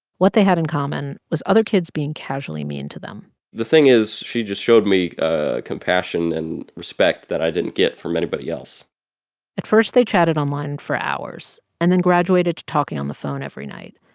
what they had in common was other kids being casually mean to them the thing is she just showed me ah compassion and respect that i didn't get from anybody else at first, they chatted online for hours and then graduated to talking on the phone every night.